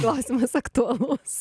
klausimas aktualus